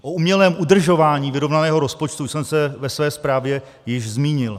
O umělém udržování vyrovnaného rozpočtu jsem se ve své zprávě již zmínil.